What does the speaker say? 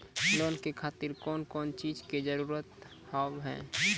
Loan के खातिर कौन कौन चीज के जरूरत हाव है?